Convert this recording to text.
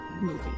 movie